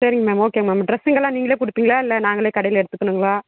சரிங்க மேம் ஓகேங்க மேம் ட்ரெஸ்ஸுங்கெல்லாம் நீங்களே கொடுப்பீங்களா இல்லை நாங்களே கடையில் எடுத்துக்கணுங்களா